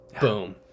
boom